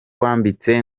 wambitse